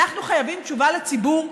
אנחנו חייבים תשובה לציבור,